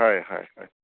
হয় হয় হয়